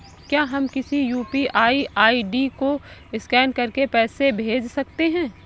क्या हम किसी यू.पी.आई आई.डी को स्कैन करके पैसे भेज सकते हैं?